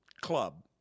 club